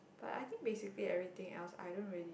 but I think basically everything else I don't really